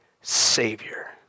savior